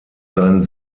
seinen